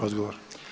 Odgovor.